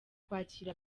kwakira